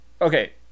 Okay